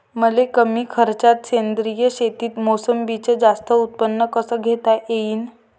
मले कमी खर्चात सेंद्रीय शेतीत मोसंबीचं जास्त उत्पन्न कस घेता येईन?